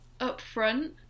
upfront